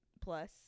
plus